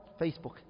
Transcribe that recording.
Facebook